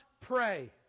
pray